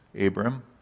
Abram